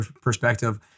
perspective